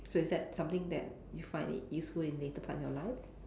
so it's that something that you find it useful in later part of your life